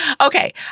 Okay